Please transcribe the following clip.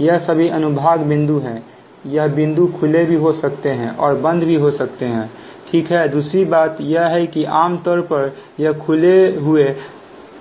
यह सभी अनुभाग बिंदु हैयह बिंदु खुले भी हो सकते हैं और बंद भी हो सकते हैं ठीक है और दूसरी बात यह है कि आमतौर पर यह खुले हुए